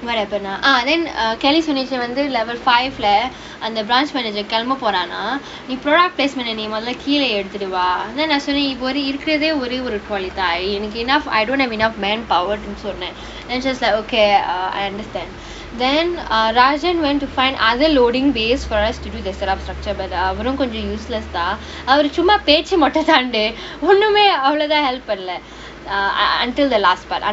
what happen ah ah then err kelly சொல்லிச்சி வந்து:sollichchi vanthu level five lah அந்த:antha branch manager கெளம்ப போறானா இப்பலாம் பேசுவான் நீ மொதல்ல கீழ எடுத்துட்டு வா:kelamba poraanaa ippalaam pesuvaan nee modalla keela eduthuttu vaa then நா சொன்னேன் இவரு இருக்குறதே ஒரே யொரு:naan sonnaen ivaru irukkurathae orae oru twelve தான் எனக்கு:thaan enakku enough I don't have enough manpower னு சொன்னேன்:nu sonnaen also leh and just like okay uh I understand then ah rajay went to find other loading bays for us to do the setup structure but அவரும் கொஞ்சம்:avarum konjam useless தான் அவரு சும்மா பேச்சு மட்டும்தான்டு ஒண்ணுமே அவ்வளதான்:thaan avaru summa pechu mattumthaandu onnumae avvalavuthaan help பண்ணல:pannala err ah until the last part